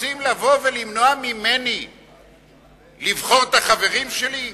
רוצים לבוא ולמנוע ממני לבחור את החברים שלי?